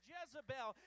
Jezebel